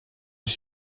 ich